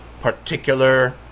particular